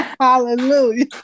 Hallelujah